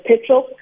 petrol